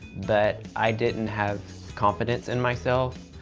but i didn't have confidence in myself.